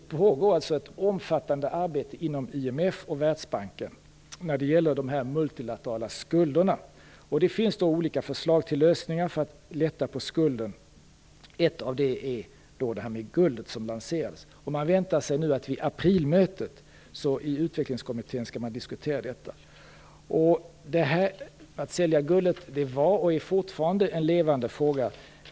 Det pågår alltså ett omfattande arbete inom IMF och Världsbanken när det gäller de multilaterala skulderna. Det finns olika förslag till lösningar för att lätta på skulden. Ett förslag som lanserats är det här med guldet. Man väntar sig nu att detta skall diskuteras vid aprilmötet i utvecklingskommittén. Att sälja guldet var och är fortfarande en levande fråga.